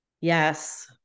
Yes